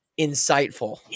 insightful